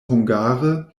hungare